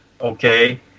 okay